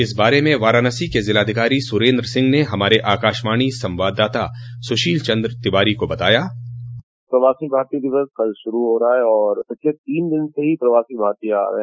इस बारे में वाराणसी के ज़िलाधिकारी सुरेन्द्र सिंह ने हमारे आकाशवाणी संवाददाता सुशील चन्द्र तिवारी को बताया प्रवासी भारतीय दिवस कल शुरू हो रहा है और पिछले तीन दिन से ही प्रवासी भारतीय आ रहे हैं